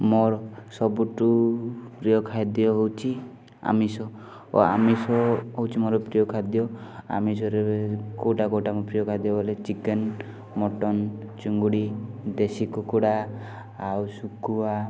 ମୋର ସବୁଠୁ ପ୍ରିୟ ଖାଦ୍ୟ ହେଉଛି ଆମିଷ ଓ ଆମିଷ ହେଉଛି ମୋର ପ୍ରିୟ ଖାଦ୍ୟ ଆମିଷରେ କେଉଁଟା କେଉଁଟା ମୋର ପ୍ରିୟ ଖାଦ୍ୟ ହେଲେ ଚିକେନ୍ ମଟନ୍ ଚିଙ୍ଗୁଡ଼ି ଦେଶୀ କୁକୁଡ଼ା ଆଉ ଶୁଖୁଆ